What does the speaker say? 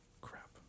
crap